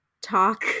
talk